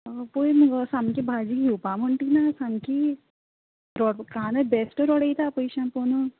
हय पळय मुगो सामके भाजी घेवपा म्हणटा ती ना सामकीच कांदो बेश्टो रडयता पयश्यां पळोवनच